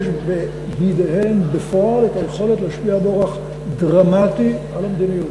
יש בידיהן בפועל היכולת להשפיע באורח דרמטי על המדיניות.